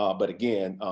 um but again,